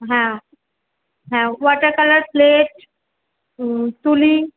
হ্যাঁ হ্যাঁ water colour plate তুলি